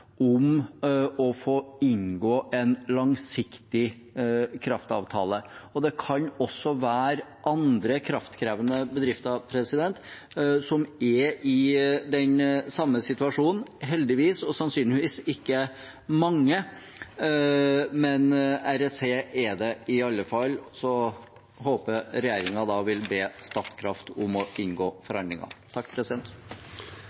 om å få inngå en langsiktig kraftavtale. Det kan også være andre kraftkrevende bedrifter som er i den samme situasjonen – heldigvis sannsynligvis ikke mange, men REC er det i alle fall. Så jeg håper regjeringen vil be Statkraft om å inngå